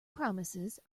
promises